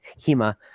HEMA